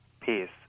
peace